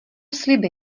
sliby